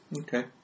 Okay